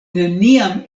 neniam